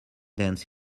dance